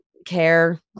care